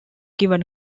given